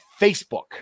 Facebook